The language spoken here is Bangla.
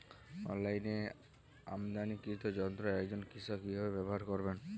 অনলাইনে আমদানীকৃত যন্ত্র একজন কৃষক কিভাবে ব্যবহার করবেন?